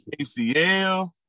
ACL